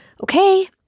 Okay